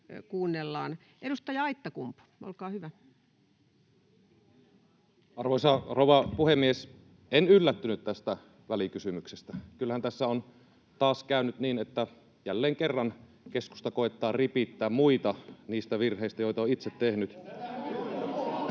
Edustaja Aittakumpu, olkaa hyvä. Arvoisa rouva puhemies! En yllättynyt tästä välikysymyksestä. Kyllähän tässä on taas käynyt niin, että jälleen kerran keskusta koettaa ripittää muita niistä virheistä, joita on itse tehnyt.